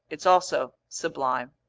it's also sublime.